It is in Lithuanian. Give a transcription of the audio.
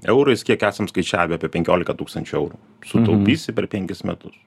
eurais kiek esam skaičiavę apie penkiolika tūkstančių eurų sutaupysi per penkis metus